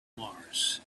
mars